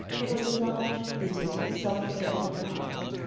it was a large, littered, self-forgetful apartment,